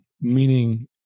Meaning